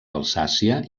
alsàcia